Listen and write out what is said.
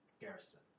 garrison